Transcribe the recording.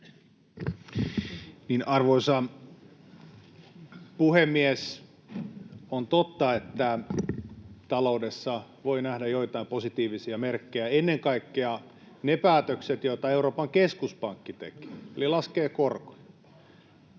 Arvoisa puhemies! On totta, että taloudessa voi nähdä joitain positiivisia merkkejä — ennen kaikkea ne päätökset, joita Euroopan keskuspankki tekee, eli laskee korkoja.